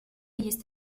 есть